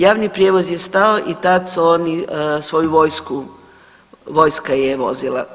Javni prijevoz je stao i tad su oni svoju vojsku, vojska je vozila.